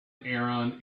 aaron